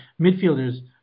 midfielders